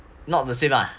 not the same ah